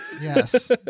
yes